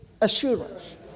assurance